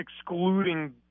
excluding